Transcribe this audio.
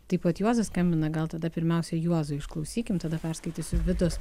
taip pat juozas skambina gal tada pirmiausia juozo išklausykim tada perskaitysiu vidos